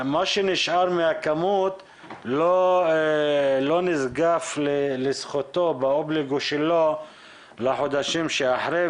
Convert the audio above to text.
מה שנשאר מהכמות לא נזקף לזכותו באובליגו שלו לחודשים שאחרי.